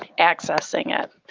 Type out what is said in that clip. accessing it.